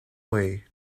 way